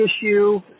issue